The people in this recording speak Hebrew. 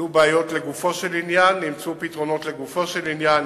ועלו בעיות לגופו של עניין ונמצאו פתרונות לגופו של עניין.